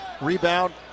Rebound